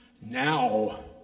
Now